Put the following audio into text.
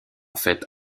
fête